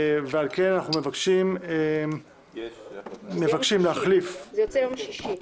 זה יוצא יום שישי.